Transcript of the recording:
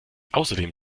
außerdem